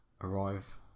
arrive